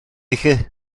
felly